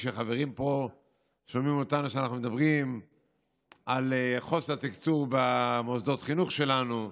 כשחברים פה שומעים שאנחנו מדברים על חוסר תקצוב במוסדות חינוך שלנו,